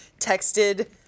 texted